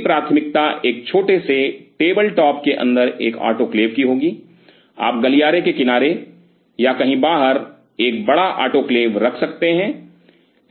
तो मेरी प्राथमिकता एक छोटे से टेबल टॉप के अंदर एक आटोक्लेव की होगी आप गलियारे के किनारे या कहीं बाहर एक बड़ा आटोक्लेव रख सकते हैं